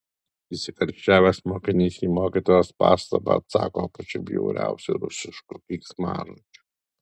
įsikarščiavęs mokinys į mokytojos pastabą atsako pačiu bjauriausiu rusišku keiksmažodžiu